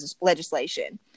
legislation